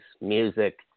music